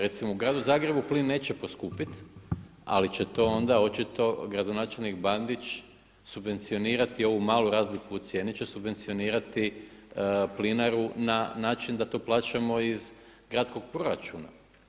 Recimo u gradu Zagrebu plin neće poskupiti ali će to onda očito gradonačelnik Bandić subvencionirati ovu malu razliku u cijeni će subvencionirati plinaru na način da to plaćamo iz gradskog proračuna.